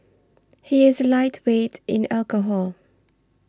he is a lightweight in alcohol